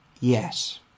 Yes